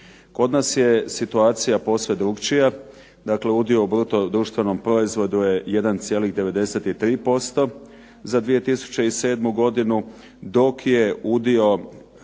Kod nas je situacija posve drukčija. Dakle, udio u bruto društvenom proizvodu je 1,93% za 2007. godinu dok je udio